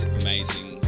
amazing